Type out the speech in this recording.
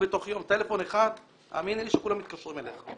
טלפון אחד, האמיני לי, כולם מתקשרים אליך.